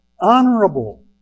honorable